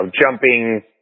jumping